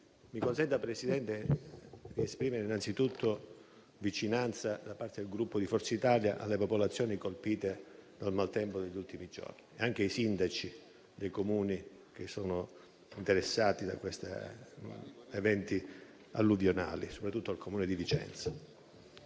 consentitemi innanzi tutto di esprimere vicinanza da parte del Gruppo Forza Italia alle popolazioni colpite dal maltempo degli ultimi giorni, anche ai sindaci dei Comuni interessati da questi eventi alluvionali e soprattutto al Comune di Vicenza.